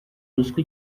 ruswa